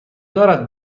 دارد